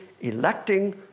electing